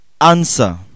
Answer